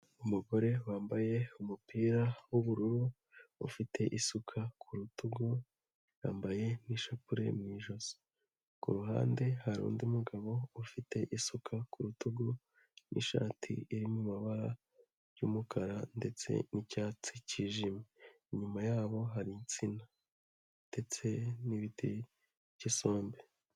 Umugore wambaye umupira w'ubururu, ufite isuka ku rutugu, yambaye n'ishapure mu ijosi. Ku ruhande hari undi mugabo ufite isuka ku rutugu n'ishati iri mu mabara y'umukara ndetse n'icyatsi kijimye. Inyuma yabo hari insina ndetse n'ibiti by'isombe.